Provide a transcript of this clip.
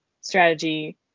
strategy